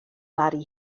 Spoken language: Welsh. mari